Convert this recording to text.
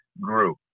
grew